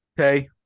Okay